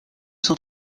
s’en